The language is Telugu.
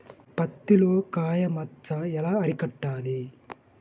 పత్తిలో కాయ మచ్చ ఎలా అరికట్టాలి?